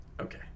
Okay